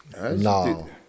no